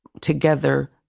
together